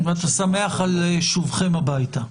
אבל אתה שמח על שובכם הביתה.